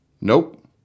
Nope